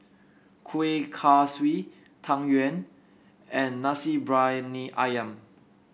Kueh Kaswi Tang Yuen and Nasi Briyani ayam